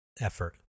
effort